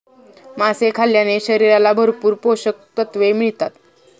मासे खाल्ल्याने शरीराला भरपूर पोषकतत्त्वे मिळतात